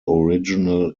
original